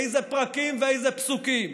אילו פרקים ואילו פסוקים?